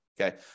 Okay